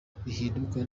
rihinduka